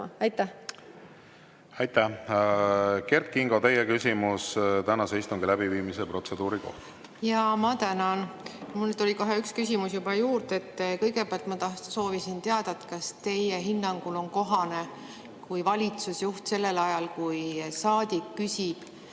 kohta. Aitäh! Kert Kingo, teie küsimus tänase istungi läbiviimise protseduuri kohta. Jaa, ma tänan! Mul tuli üks küsimus juba juurde. Kõigepealt ma soovisin teada, kas teie hinnangul on kohane, kui valitsusjuht sellel ajal, kui saadik küsib